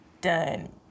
done